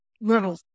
little